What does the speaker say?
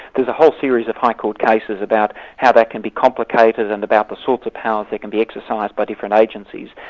there's a whole series of high court cases about how that can be complicated and about the sorts of powers that can be exercised by different agencies.